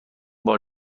بار